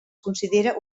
considera